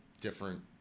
different